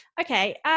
Okay